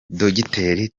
dogiteri